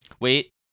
Wait